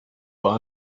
were